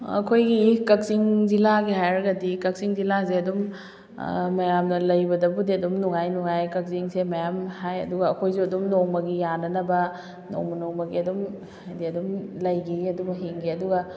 ꯑꯩꯈꯣꯏꯒꯤ ꯀꯛꯆꯤꯡ ꯖꯤꯜꯂꯥꯒꯤ ꯍꯥꯏꯔꯒꯗꯤ ꯀꯛꯆꯤꯡ ꯖꯤꯜꯂꯥꯁꯦ ꯑꯗꯨꯝ ꯃꯌꯥꯝꯅ ꯂꯩꯕꯗꯕꯨꯗꯤ ꯑꯗꯨꯝ ꯅꯨꯡꯉꯥꯏ ꯅꯨꯡꯉꯥꯏꯌꯦ ꯀꯥꯛꯆꯤꯡꯁꯦ ꯃꯌꯥꯝ ꯍꯥꯏ ꯑꯗꯨꯒ ꯑꯩꯍꯣꯏꯁꯨ ꯑꯗꯨꯝ ꯅꯣꯡꯃꯒꯤ ꯌꯥꯅꯅꯕ ꯅꯣꯡꯃ ꯅꯣꯡꯃꯒꯤ ꯑꯗꯨꯝ ꯍꯥꯏꯗꯤ ꯑꯗꯨꯝ ꯂꯩꯈꯤꯌꯦ ꯑꯗꯨꯝ ꯍꯤꯡꯒꯤ ꯑꯗꯨꯒ